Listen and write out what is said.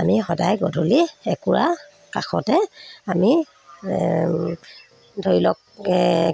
আমি সদায় গধূলি একোৰা কাষতে আমি ধৰি লওক